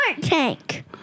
tank